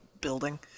building